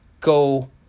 go